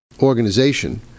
Organization